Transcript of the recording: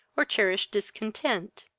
or cherished discontent.